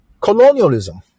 colonialism